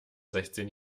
sechzehn